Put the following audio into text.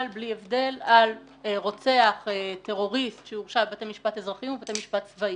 על רוצח טרוריסט שהורשע הן בבתי משפט אזרחיים והן בבתי משפט צבאיים,